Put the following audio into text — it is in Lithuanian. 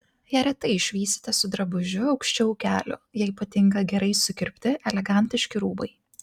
ją retai išvysite su drabužiu aukščiau kelių jai patinka gerai sukirpti elegantiški rūbai